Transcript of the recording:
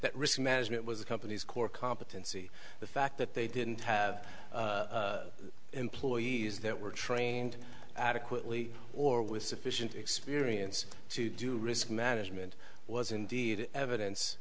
that risk management was a company's core competency the fact that they didn't have employees that were trained adequately or with sufficient experience to do risk management was indeed evidence